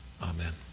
Amen